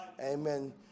Amen